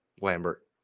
Lambert